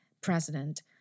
president